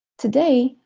today,